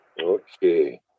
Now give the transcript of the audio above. okay